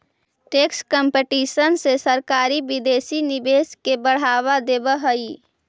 tax competition से सरकारी विदेशी निवेश के बढ़ावा देवऽ हई